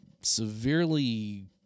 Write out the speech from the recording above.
severely